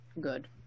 good